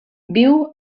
viu